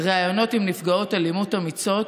ראיונות עם נפגעות אלימות אמיצות,